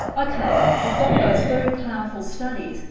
ok, we've got those very powerful studies,